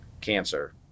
cancer